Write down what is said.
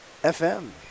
FM